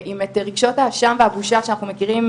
ואת רגשות האשם והבושה שאנחנו מכירים,